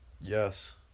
Yes